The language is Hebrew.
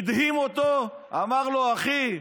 הדהים אותו, אמר לו: אחי,